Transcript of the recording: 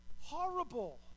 horrible